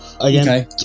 Again